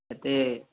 ଏତେ